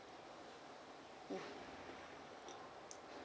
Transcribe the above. mm